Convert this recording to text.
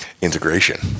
integration